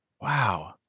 Wow